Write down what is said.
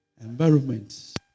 environment